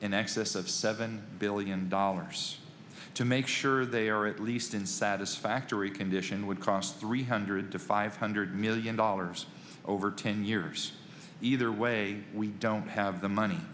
in excess of seven billion dollars to make sure they are at least in satisfactory condition would cost three hundred to five hundred million dollars over ten years either way we don't have the money